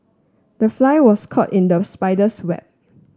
the fly was caught in the spider's web